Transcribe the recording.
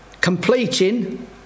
completing